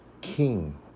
king